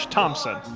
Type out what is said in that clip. Thompson